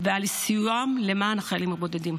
ועל סיועם למען החיילים הבודדים.